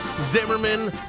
Zimmerman